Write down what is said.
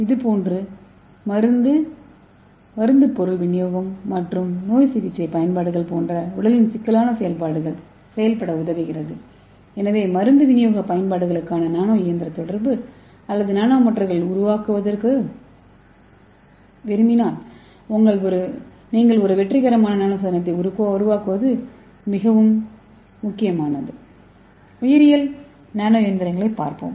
இது மேலும் மருந்து பொருள் விநியோகம் மற்றும் நோய் சிகிச்சை பயன்பாடுகள் போன்ற உடலில் சிக்கலான செயல்பாடுகள் செயல்பட உதவுகிறது எனவே மருந்து விநியோக பயன்பாடுகளுக்கான நானோ இயந்திர தொடர்பு அல்லது நானோ மோட்டார் உருவாக்க விரும்பினால் நீங்கள் ஒரு வெற்றிகரமான நானோ சாதனத்தை உருவாக்குவது மிகவும் முக்கியமானது உயிரியல் நானோ இயந்திரங்களைப் பார்ப்போம்